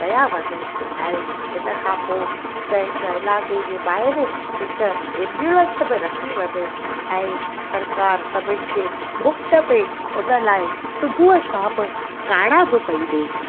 कया वञे ऐं इन खां पोइ हिकु हिकु इलाइक़े जे ॿाहिरि हिकु एंबुलंस बि रखी वञे ऐं सरकार सभिनि खे मुफ़्त में उन लाइ सुबुह शाम काड़ा बि पई ॾिए